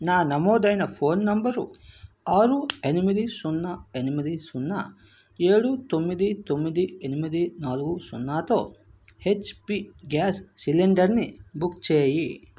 నా నమోదైన phone number ఆరు ఎనిమిది సున్నా ఎనిమిది సున్నా ఏడు తొమ్మిది తొమ్మిది ఎనిమిది నాలుగు సున్నాతో హెచ్పీ గ్యాస్ సిలిండర్ని బుక్ చేయి